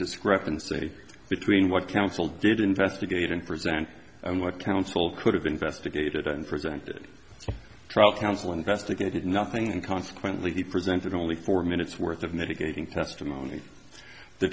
discrepancy between what counsel did investigate and present what counsel could have investigated and presented a trial counsel investigated nothing and consequently he presented only four minutes worth of mitigating testimony the